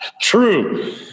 True